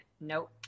Nope